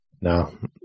No